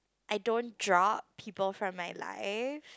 I don't drop people from my life